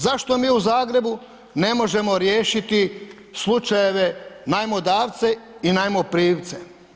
Zašto mi u Zagrebu ne možemo riješiti slučajeve najmodavce i najmoprimce?